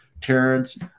Terrence